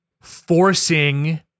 forcing